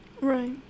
Right